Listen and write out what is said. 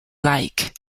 like